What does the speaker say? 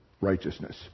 righteousness